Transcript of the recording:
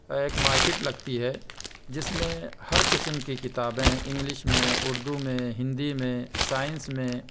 ایک مارکیٹ لگتی ہے جس میں ہر قسم کی کتابیں انگلش میں اردو میں ہندی میں سائنس میں